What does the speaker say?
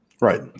right